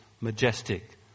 majestic